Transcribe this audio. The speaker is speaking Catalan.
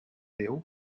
déu